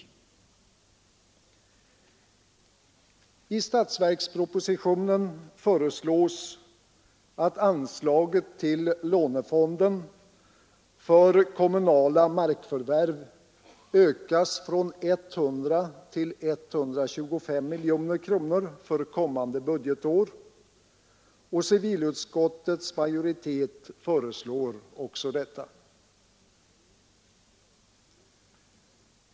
I statsverkspropositionen föreslås att anslaget till lånefonden för kommunala markförvärv ökas från 100 till 125 miljoner kronor för kommande budgetår, och civilutskottets majoritet föreslår också detta.